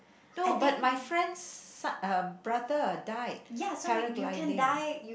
no but my friend's uh brother died paragliding